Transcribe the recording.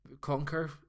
conquer